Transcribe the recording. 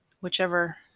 whichever